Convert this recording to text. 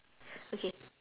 okay